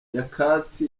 nyakatsi